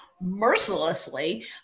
mercilessly